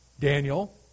Daniel